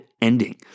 ending